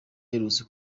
iherutse